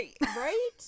right